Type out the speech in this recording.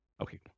Okay